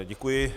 Děkuji.